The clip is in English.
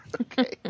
Okay